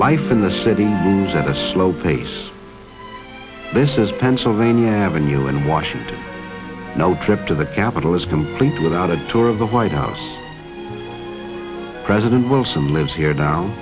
life in the city moves at a slow pace this is pennsylvania avenue in washington no trip to the capitol is complete without a tour of the white house president wilson lives here dow